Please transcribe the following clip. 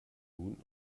nun